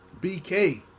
BK